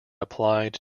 applied